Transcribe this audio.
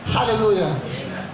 Hallelujah